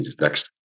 next